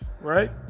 right